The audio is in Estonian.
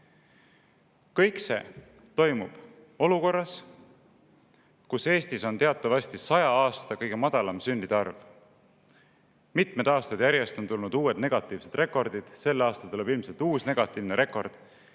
Kõik see toimub olukorras, kus Eestis on teatavasti 100 aasta kõige väiksem sündide arv. Mitmed aastad järjest on tulnud uued negatiivsed rekordid, sel aastal tuleb ilmselt uus negatiivne rekord.